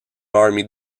army